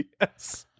yes